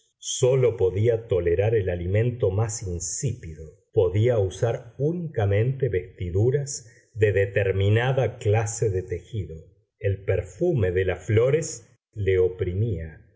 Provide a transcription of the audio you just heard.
sólo podía tolerar el alimento más insípido podía usar únicamente vestiduras de determinada clase de tejido el perfume de las flores le oprimía